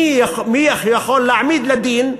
מי יכול להעמיד לדין,